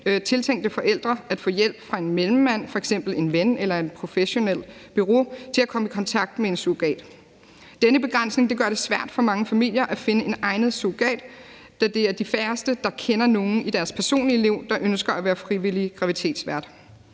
tiltænkte forældre at få hjælp fra en mellemmand, f.eks. en ven eller et professionelt bureau, til at komme i kontakt med en surrogat. Denne begrænsning gør det svært for mange familier at finde en egnet surrogat, da det er de færreste, der kender nogen i deres personlige liv, der ønsker at være frivllig graviditetsvært.